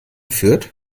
fürth